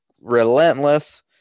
relentless